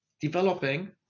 developing